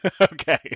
Okay